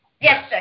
yes